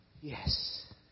Yes